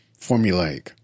formulaic